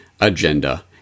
agenda